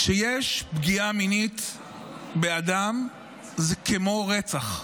כשיש פגיעה מינית באדם זה כמו רצח.